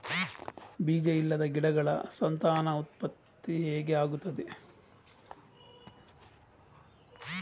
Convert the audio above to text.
ಬೀಜ ಇಲ್ಲದ ಗಿಡಗಳ ಸಂತಾನ ಹೇಗೆ ಉತ್ಪತ್ತಿ ಆಗುತ್ತದೆ?